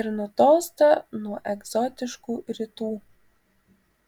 ir nutolsta nuo egzotiškų rytų